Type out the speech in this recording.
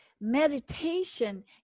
meditation